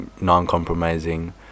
non-compromising